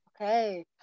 Okay